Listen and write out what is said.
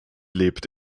lebt